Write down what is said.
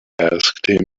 asked